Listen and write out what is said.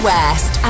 West